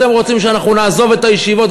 אתם רוצים שאנחנו נעזוב את הישיבות,